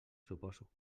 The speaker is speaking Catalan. suposo